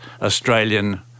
Australian